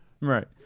Right